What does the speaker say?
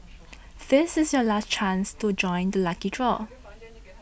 this is your last chance to join the lucky draw